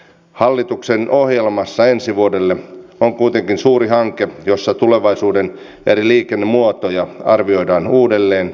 hallituksen ohjelmassa ensi vuodelle on kuitenkin suuri hanke jossa tulevaisuuden eri liikennemuotoja arvioidaan uudelleen